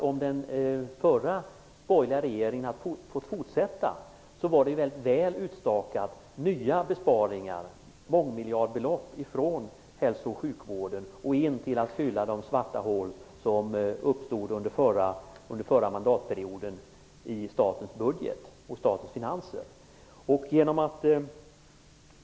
Om den förra borgerliga regeringen hade fått fortsätta var nya besparingar väl utstakade, mångmiljardbelopp från hälso och sjukvården skulle fylla de svarta hål som uppstod i statens budget och statens finanser under den förra mandatperioden.